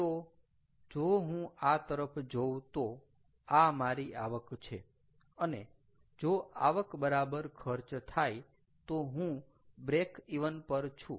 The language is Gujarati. તો જો હું આ તરફ જોઉં તો આ મારી આવક છે અને જો આવક બરાબર ખર્ચ થાય તો હું બ્રેક ઇવન પર છું